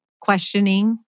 questioning